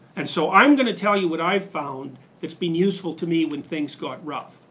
and so i'm gonna tell you what i found that's been useful to me when things got rough,